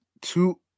two